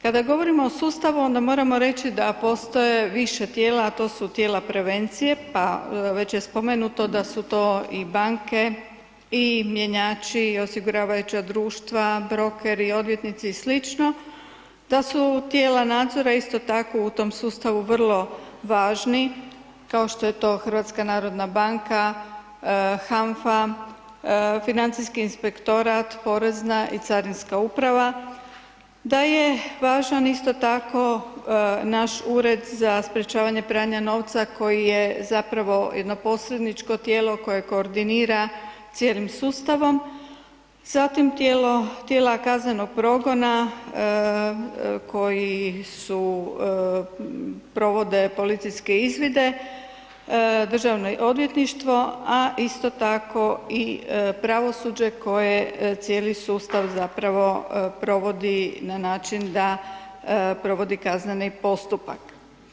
Kada govorimo o sustavu onda moramo reći da postoje više tijela, a to su tijela prevencije, pa već je spomenuto da su to i banke i mjenjači, osiguravajuća društva, brokeri, odvjetnici i sl., da su tijela nadzora isto tako u tom sustavu vrlo važni, kao što je to HNB, HANFA, Financijski inspektorat, Porezna i Carinska uprava, da je važan isto tako naš Ured za sprečavanje pranja novca koji je, zapravo, jedno posredničko tijelo, koje koordinira cijelim sustavom, zatim tijela kaznenog progona koji provode policijske izvide, državno odvjetništvo, a isto tako i pravosuđe koje cijeli sustav, zapravo provodi na način da provodi kazneni postupak.